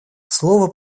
слово